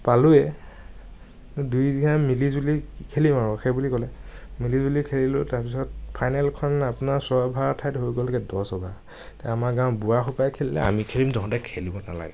পালোয়ে দুই গাঁও মিলিজুলি খেলিম আৰু সেই বুলি ক'লে মিলিজুলি খেলিলোঁ তাৰ পিছত ফাইনেলখন আপোনাৰ ছয় অভাৰৰ ঠাইত হৈ গ'লগৈ দহ অভাৰ তে আমাৰ গাঁৱৰ বুঢ়াসোপাই খেলিলে আমি খেলিম তঁহতে খেলিব নালাগে